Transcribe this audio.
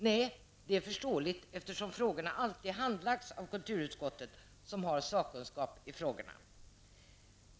Nej, det är förståeligt eftersom frågorna alltid handlagts av kulturutskottet som har sakkunskap i frågorna.